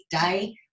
day